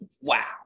wow